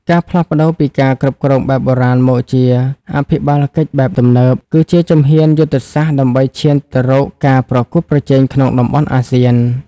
ការផ្លាស់ប្តូរពីការគ្រប់គ្រងបែបបុរាណ មកជាអភិបាលកិច្ចបែបទំនើប គឺជាជំហានយុទ្ធសាស្ត្រដើម្បីឈានទៅរកការប្រកួតប្រជែងក្នុងតំបន់អាស៊ាន។